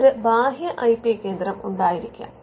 ഒരു ബാഹ്യ I P കേന്ദ്രം ഉണ്ടായിരിക്കാം